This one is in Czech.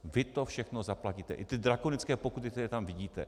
Vy to všechno zaplatíte, i ty drakonické pokuty, které tam vidíte.